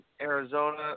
Arizona